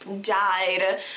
died